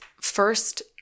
first